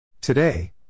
Today